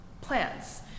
plants